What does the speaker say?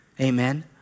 amen